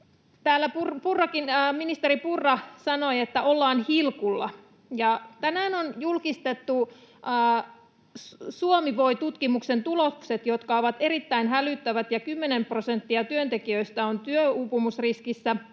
Täällä ministeri Purrakin sanoi, että ollaan hilkulla, ja tänään on julkistettu Miten Suomi voi? ‑tutkimuksen tulokset, jotka ovat erittäin hälyttävät: kymmenen prosenttia työntekijöistä on työuupumusriskissä,